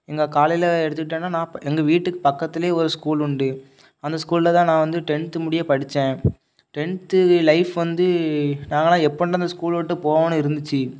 எங்கள் காலையில் எடுத்துக்கிட்டேனா நான் இப்போ எங்கள் வீட்டுக்கு பக்கத்தில் ஒரு ஸ்கூல் உண்டு அந்த ஸ்கூலில் தான் நான் வந்து டென்த்து முடியை படித்தேன் டென்த்து லைஃப் வந்து நாங்களாம் எப்போன்டா இந்த ஸ்கூலில் விட்டு போவோம்னு இருந்துச்சு